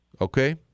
okay